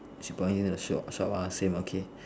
chibai want you to swap swap ask him okay